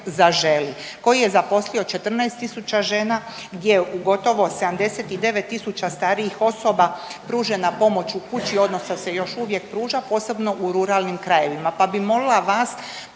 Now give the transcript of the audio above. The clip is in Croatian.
Zaželi koji je zaposlio 14000 žena, gdje u gotovo 79000 starijih osoba pružena pomoć u kući, odnosno se još uvijek pruža posebno u ruralnim krajevima. Pa bih molila vas